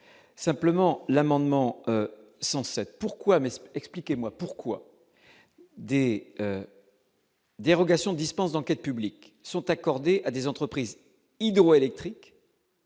simplement l'amendement 107 pourquoi mais expliquez-moi pourquoi D.. Dérogations dispense d'enquêtes publiques sont accordées à des entreprises hydroélectriques.